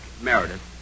Meredith